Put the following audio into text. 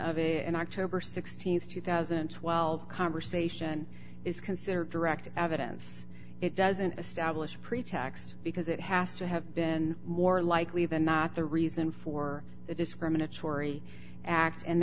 of it an october th two thousand and twelve conversation is considered direct evidence it doesn't establish pretext because it has to have been more likely than not the reason for the discriminatory act and